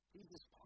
Jesus